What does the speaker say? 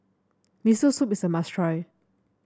Miso Soup is a must try